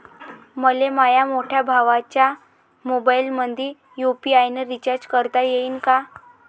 मले माह्या मोठ्या भावाच्या मोबाईलमंदी यू.पी.आय न रिचार्ज करता येईन का?